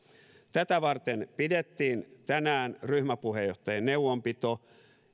tätä varten pidettiin tänään ryhmäpuheenjohtajien neuvonpito